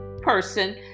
person